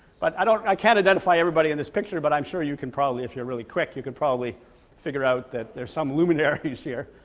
but i don't i can't identify everybody in this picture but i'm sure you can probably if you're really quick you could probably figure out that there's some luminaries here.